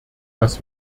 dass